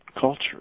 culture